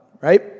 right